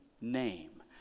name